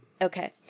Okay